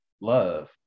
love